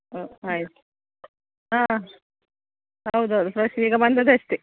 ಅ ಆಯ್ತು ಹಾಂ ಹೌದು ಹೌದು ಫ್ರೆಶ್ ಈಗ ಬಂದದ್ದು ಅಷ್ಟೆ